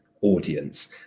audience